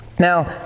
Now